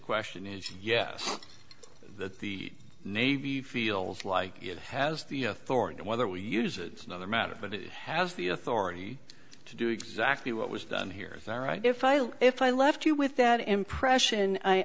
question is yes that the navy feel like it has the authority whether we use it in other matters but it has the authority to do exactly what was done here all right if i will if i left you with that impression i